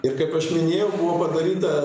ir kaip aš minėjau buvo padaryta